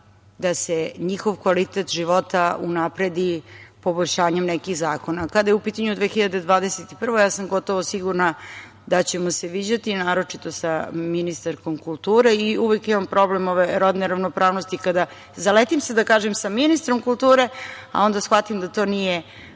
da se njihov kvalitet života unapredi poboljšanjem nekih zakona. Kada je u pitanju 2021. godina, ja sam gotovo sigurna da ćemo se viđati, naročito sa ministarkom kulture. Uvek imam problem ove rodne ravnopravnosti kada zaletim se da kažem - sa ministrom kulture, a onda shvatim da to nije